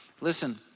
listen